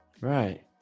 right